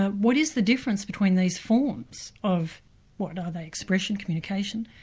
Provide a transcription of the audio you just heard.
what is the difference between these forms of what are they? expression? communication?